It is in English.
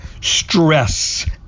stress